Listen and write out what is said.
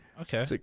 Okay